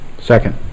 Second